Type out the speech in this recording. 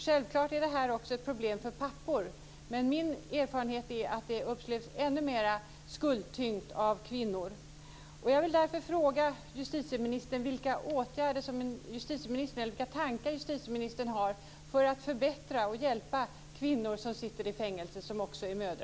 Självklart är detta också ett problem för pappor, men min erfarenhet är att det upplevs ännu mera skuldtyngt av kvinnor.